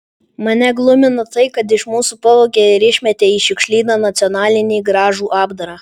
mane glumina tai kad iš mūsų pavogė ir išmetė į šiukšlyną nacionalinį gražų apdarą